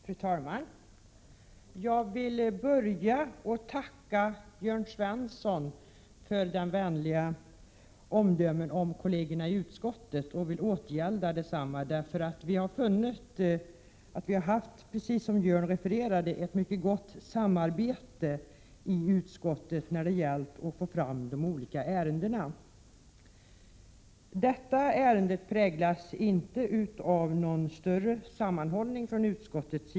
Fru talman! Jag vill börja med att tacka Jörn Svensson för hans vänliga omdömen om kollegerna i utskottet och vill gärna återgälda desamma. Vi har funnit att vi, precis som Jörn Svensson refererade, har haft ett mycket gott samarbete i utskottet då det gällt att få fram de olika ärendena. Detta ärende präglas inte av någon större sammanhållning inom utskottet.